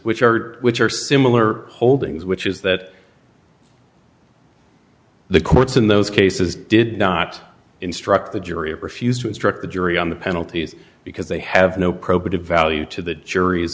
which are which are similar holdings which is that the courts in those cases did not instruct the jury or refused to instruct the jury on the penalties because they have no probative value to the jury